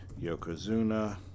Yokozuna